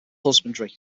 husbandry